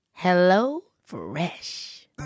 HelloFresh